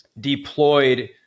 deployed